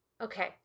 Okay